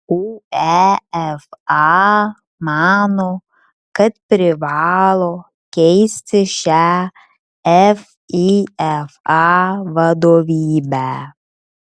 uefa mano kad privalo keisti šią fifa vadovybę